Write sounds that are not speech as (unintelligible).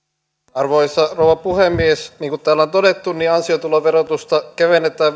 arvoisa rouva puhemies niin kuin täällä on todettu ansiotuloverotusta kevennetään (unintelligible)